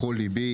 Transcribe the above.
בכל ליבי,